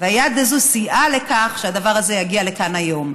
והיד הזו סייעה לכך שהדבר הזה יגיע לכאן היום.